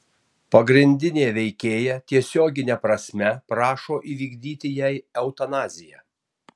pagrindinė veikėja tiesiogine prasme prašo įvykdyti jai eutanaziją